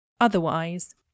Otherwise